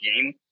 game